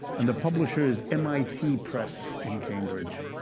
and the publisher is mit press in cambridge,